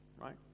right